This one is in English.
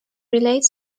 relates